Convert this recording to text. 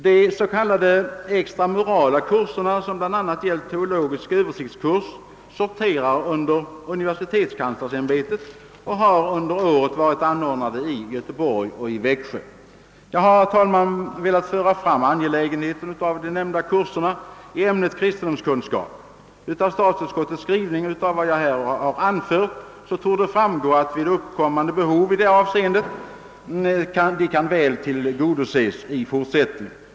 De s.k. extramurala kurserna, som bl.a. gällt teologisk översiktskurs, sorterar under universitetskanslersämbetet och har under året varit anordnade i Göteborg och Växjö. Jag har, herr talman, velat understryka angelägenheten av de ovan nämnda kurserna i ämnet kristendomskunskap. Av statsutskottets skrivning och av vad jag här har anfört torde framgå, att uppkommande behov i dessa avseenden väl kan tillgodoses i fortsättningen.